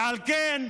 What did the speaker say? ועל כן,